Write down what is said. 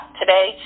today